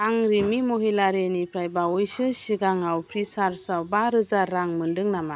आं रिमि महिलारिनिफ्राय बावैसो सिगाङव फ्रिसार्जआव बा रोजा रां मोनदों नामा